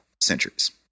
centuries